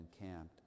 encamped